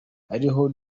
ariho